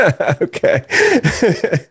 Okay